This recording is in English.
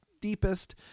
deepest